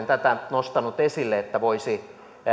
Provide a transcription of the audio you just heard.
tätä nostanut esille että eduskunnan kirjasto voisi